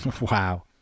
Wow